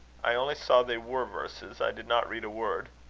i only saw they were verses. i did not read a word.